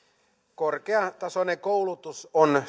korkeatasoinen koulutus on